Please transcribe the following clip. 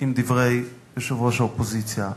עם דברי יושב-ראש האופוזיציה,